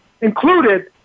included